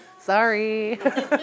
Sorry